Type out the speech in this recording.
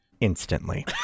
Instantly